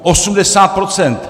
80 %!